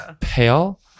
pale